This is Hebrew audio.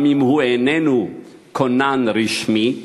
גם אם הוא איננו כונן רשמי,